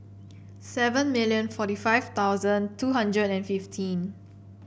seventy million forty five thousand two hundred and fifteen